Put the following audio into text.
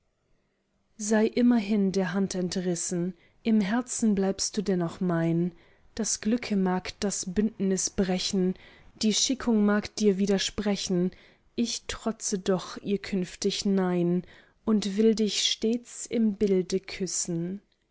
sei immerhin der hand entrissen im herzen bleibst du dennoch mein das glücke mag das bündnis brechen die schickung mag mir widersprechen ich trotze doch ihr künftig nein und will dich stets im bilde küssen